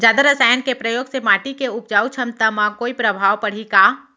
जादा रसायन के प्रयोग से माटी के उपजाऊ क्षमता म कोई प्रभाव पड़ही का?